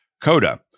Coda